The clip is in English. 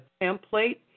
template